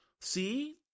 See